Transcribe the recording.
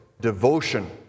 devotion